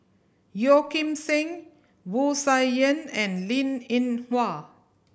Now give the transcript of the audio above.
Yeo Kim Seng Wu Tsai Yen and Linn In Hua